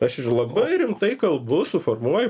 aš ir labai rimtai kalbu suformuoju